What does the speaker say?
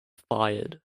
fired